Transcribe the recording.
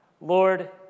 Lord